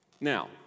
Now